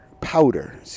powder